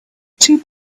two